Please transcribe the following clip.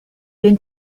been